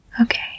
Okay